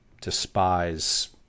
despise